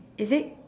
is it